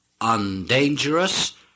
undangerous